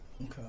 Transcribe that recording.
Okay